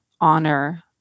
honor